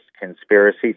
conspiracy